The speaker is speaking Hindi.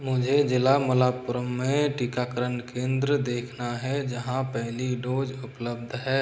मुझे ज़िला मलप्पुरम में टीकाकरण केंद्र देखना है जहाँ पहली डोज उपलब्ध है